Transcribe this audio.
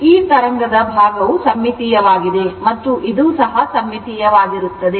ಆದ್ದರಿಂದ ತರಂಗದ ಈ ಭಾಗವು ಸಮ್ಮಿತೀಯವಾಗಿದೆ ಮತ್ತು ಇದು ಸಹ ಸಮ್ಮಿತೀಯವಾಗಿರುತ್ತದೆ